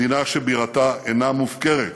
מדינה שבירתה אינה מופקרת